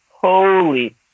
holy